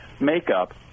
makeup